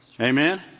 amen